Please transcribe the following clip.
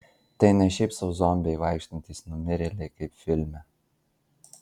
tai ne šiaip sau zombiai vaikštantys numirėliai kaip filme